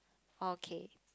okay